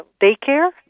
daycare